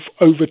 over